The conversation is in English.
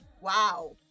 Wow